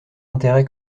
intérêt